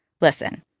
Listen